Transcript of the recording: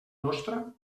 nostra